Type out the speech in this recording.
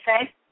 say